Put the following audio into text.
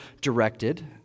directed